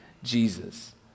Jesus